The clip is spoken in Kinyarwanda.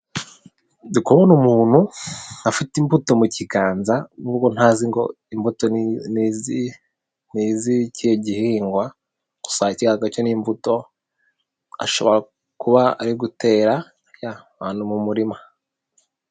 Ndi kubona umuntu afite imbuto mu kiganza nubwo ntazi ngo imbuto ni izikihe gihingwa, gusa ikigaragara cyo n'imbuto ashobora kuba ari gutera ya ahantu mu murima.